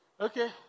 Okay